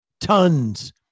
tons